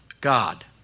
god